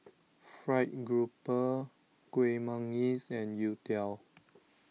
Fried Grouper Kuih Manggis and Youtiao